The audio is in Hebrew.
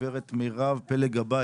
גברת מרב פלג-גבאי.